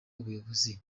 ubuyobozi